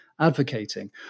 advocating